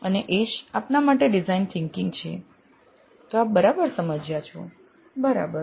અને એ જ આપના માટે ડિઝાઇન થીંકીંગ છે તો આપ બરાબર સમજ્યા છો બરાબર